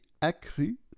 accru